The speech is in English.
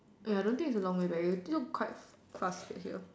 ya I don't think it's a long way back it looks quite fast at here